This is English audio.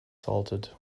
salted